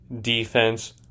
defense